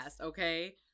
okay